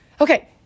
Okay